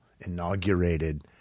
inaugurated